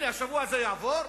הנה, השבוע זה יעבור,